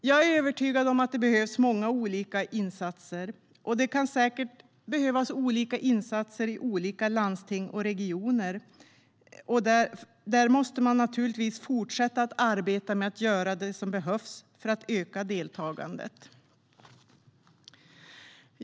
Jag är övertygad om att det behövs många olika insatser. Det kan säkert behövas olika insatser i olika landsting och regioner. Där måste man fortsätta att arbeta med att göra det som behövs för att öka deltagandet.